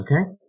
Okay